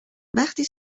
وقتی